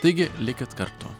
taigi likit kartu